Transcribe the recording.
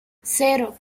cero